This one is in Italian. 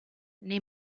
nei